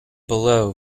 below